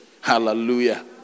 Hallelujah